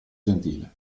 gentile